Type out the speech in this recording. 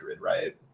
right